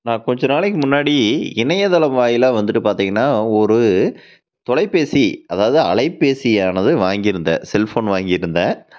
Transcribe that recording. நான் கொஞ்சம் நாளைக்கு முன்னாடி இணையதளம் வாயிலாக வந்துவிட்டு பார்த்திங்கன்னா ஒரு தொலைபேசி அதாவது அலைபேசியானது வாங்கியிருந்தேன் செல் ஃபோன் வாங்கியிருந்தேன்